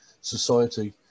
society